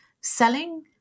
selling